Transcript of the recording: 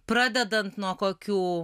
pradedant nuo kokių